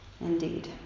Indeed